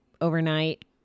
overnight